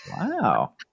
Wow